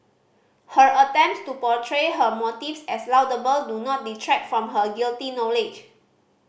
her attempts to portray her motives as laudable do not detract from her guilty knowledge